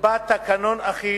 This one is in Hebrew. נקבע תקנון אחיד,